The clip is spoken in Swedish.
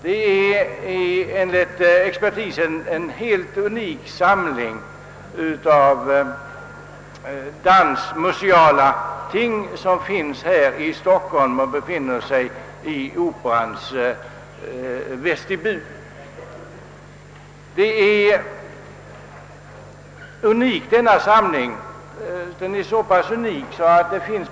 Det är enligt expertisen en ganska unik samling av dansmuseala ting som finns här i Stockholm i Operans vestibul.